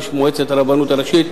יש מועצת הרבנות הראשית,